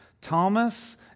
Thomas